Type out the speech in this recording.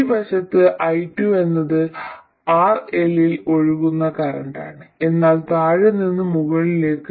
ഈ വശത്ത് i2 എന്നത് RL ൽ ഒഴുകുന്ന കറന്റാണ് എന്നാൽ താഴെ നിന്ന് മുകളിലേക്ക്